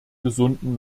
gesunden